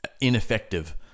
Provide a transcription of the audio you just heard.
ineffective